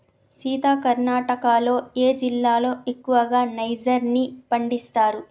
సీత కర్ణాటకలో ఏ జిల్లాలో ఎక్కువగా నైజర్ ని పండిస్తారు